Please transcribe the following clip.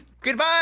goodbye